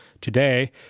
today